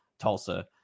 Tulsa